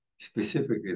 specifically